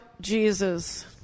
Jesus